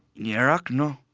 yeah iraq? no.